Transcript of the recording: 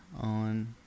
on